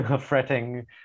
fretting